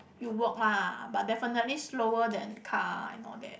you walk lah but definitely slower than car and all that